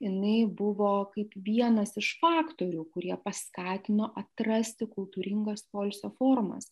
jinai nei buvo kaip vienas iš faktorių kurie paskatino atrasti kultūringas poilsio formas